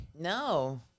No